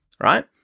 right